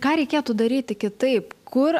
ką reikėtų daryti kitaip kur